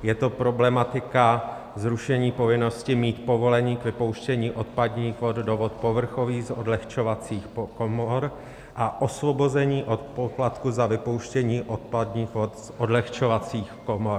Je to problematika zrušení povinnosti mít povolení k vypouštění odpadních vod do vod povrchových z odlehčovacích komor a osvobození od poplatku za vypouštění odpadních vod z odlehčovacích komor.